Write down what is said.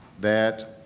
that